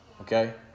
Okay